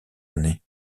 années